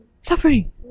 suffering